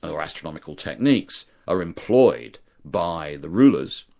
or astronomical techniques, are employed by the rulers,